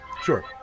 Sure